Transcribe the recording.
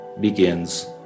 begins